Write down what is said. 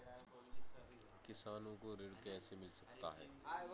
किसानों को ऋण कैसे मिल सकता है?